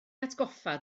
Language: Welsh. atgoffa